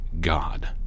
God